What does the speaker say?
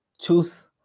choose